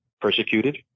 persecuted